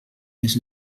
més